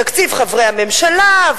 תקציב חברי הממשלה,